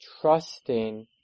trusting